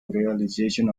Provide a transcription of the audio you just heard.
realization